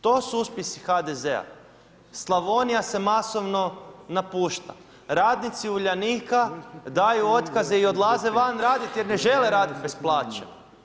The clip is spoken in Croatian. To su uspjesi HDZ-a, Slavonija se masovno napušta, radnici Uljanika, daju otkaze i odlaze van raditi, jer ne žele raditi bez plaće.